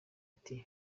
ati